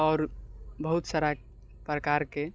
आओर बहुत सारा प्रकारके